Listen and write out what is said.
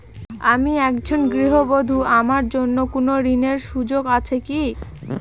আমি একজন গৃহবধূ আমার জন্য কোন ঋণের সুযোগ আছে কি?